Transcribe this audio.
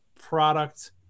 product